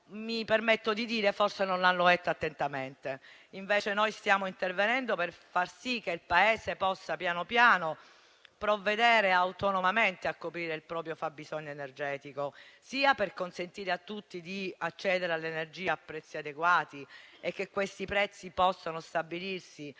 Mi permetto di dire che forse questo provvedimento non l'hanno letto attentamente. Noi stiamo intervenendo per far sì che il Paese possa pian piano provvedere autonomamente a coprire il proprio fabbisogno energetico, sia per consentire a tutti di accedere all'energia a prezzi adeguati e che questi prezzi possano stabilizzarsi